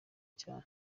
cyane